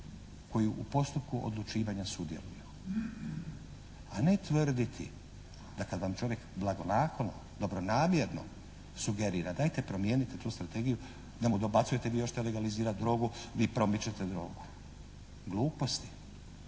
koji u postupku odlučivanja sudjeluju. A ne tvrditi da kad vam čovjek blagonaklono, dobronamjerno sugerira "dajte promijenite tu strategiju" da mu dobacujete "vi hoćete legalizirati drogu, vi promičete drogu". Gluposti.